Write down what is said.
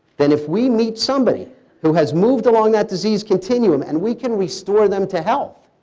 then if we meet somebody who has moved along that disease continuum, and we can restore them to help,